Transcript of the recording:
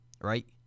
Right